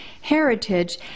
heritage